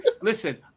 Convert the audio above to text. listen